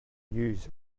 use